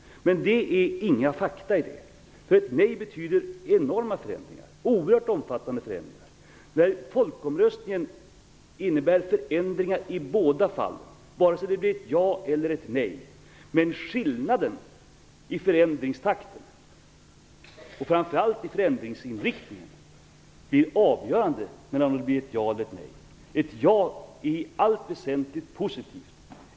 Det är inga fakta i det uttalandet. Ett nej medför enorma förändringar. Folkomröstningen innebär förändringar vare sig det blir ett ja eller ett nej. Skillnaden i förändringstakten och framför allt i förändringsinriktningen blir avgörande beroende på om det blir ett ja eller nej. Ett ja är i allt väsentligt positivt.